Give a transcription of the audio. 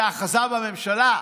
שאחזה בממשלה,